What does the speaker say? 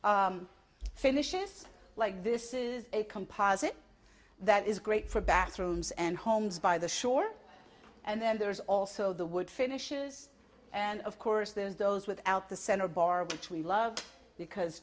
finishes like this is a composite that is great for bathrooms and homes by the shore and then there's also the wood finishes and of course there's those without the center bar which we love because